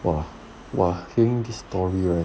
!wah! !wah! heng this story right